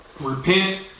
Repent